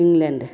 England